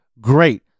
Great